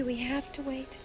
do we have to wait